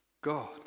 God